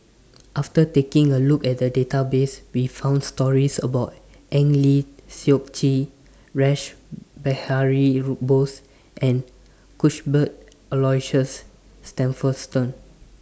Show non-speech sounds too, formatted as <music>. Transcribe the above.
<noise> after taking A Look At The Database We found stories about Eng Lee Seok Chee Rash Behari Bose and Cuthbert Aloysius Shepherdson